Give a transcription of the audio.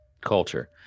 culture